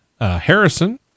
Harrison